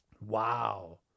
Wow